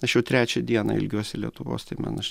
aš jau trečią dieną ilgiuosi lietuvos tai man aš